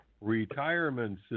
retirement